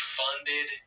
funded